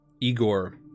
Igor